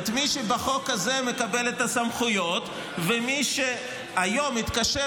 מי שבחוק הזה מקבל את הסמכויות ומי שהיום התקשר